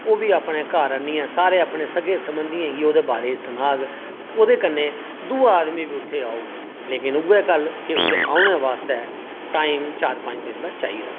ओह्बी अपने घर आह्नियै सारे अपने सक्के सरबंधियें गी ओह्दे बारे सनाग ओह्दे कन्नै दूआ आदमी बी उत्थै औग उ'ऐ गल्ल उत्थै औने आस्तै टाइम चार पंज दिन दा चाहिदा